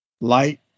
light